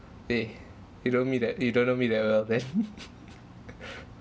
eh you don't mean that you don't know me that well then